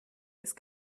ist